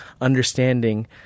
understanding